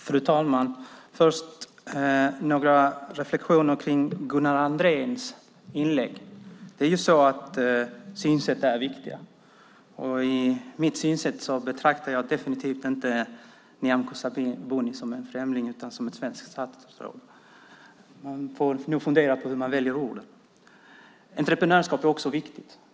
Fru talman! Först har jag några reflexioner kring Gunnar Andréns inlägg. Det är så att synsätt är viktiga, och jag betraktar enligt mitt synsätt definitivt inte Nyamko Sabuni som en främling utan som ett svenskt statsråd. Man får nog fundera på hur man väljer orden. Entreprenörskap är också viktigt.